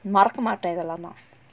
மறக்க மாட்ட இதலா நா:maraka maata ithalaa naa